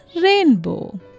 rainbow